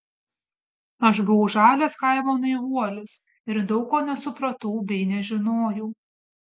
aš buvau žalias kaimo naivuolis ir daug ko nesupratau bei nežinojau